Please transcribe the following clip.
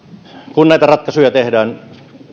kun näitä ratkaisuja tehdään